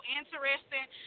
interesting